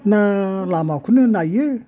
ना लामाखौनो नायो